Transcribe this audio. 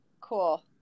Cool